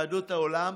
יהדות העולם,